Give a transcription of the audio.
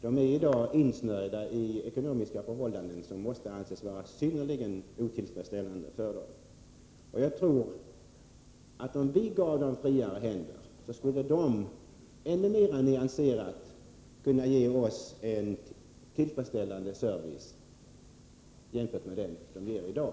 De är i dag insnärjda i ekonomiska förhållanden som måste anses vara synnerligen otillfredsställande för dem. Om vi gav dem friare händer skulle de, tror jag, kunna ge oss en ännu mer tillfredsställande service än de gör i dag.